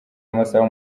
amasaha